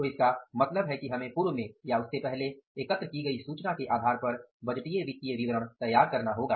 तो इसका मतलब है कि हमें पूर्व में या उससे पहले एकत्र की गई सूचना के आधार पर बजटीय वित्तीय विवरण तैयार करना होगा